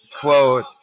Quote